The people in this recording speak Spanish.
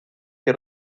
que